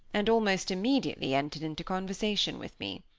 and almost immediately entered into conversation with me.